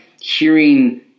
hearing